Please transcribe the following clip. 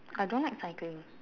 I don't like cycling